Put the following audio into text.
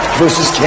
versus